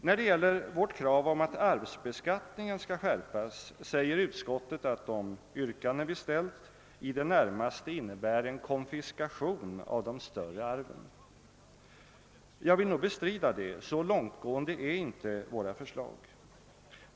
När det gäller vårt krav om att arvsbeskattningen skall skärpas säger utskottet att yrkandena vi ställt »i det närmaste innebär en konfiskation av de större arven«. Jag vill nog bestrida det; så långtgående är inte våra förslag.